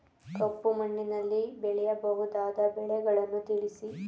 ಕಪ್ಪು ಮಣ್ಣಿನಲ್ಲಿ ಬೆಳೆಯಬಹುದಾದ ಬೆಳೆಗಳನ್ನು ತಿಳಿಸಿ?